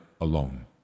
alone